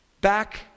Back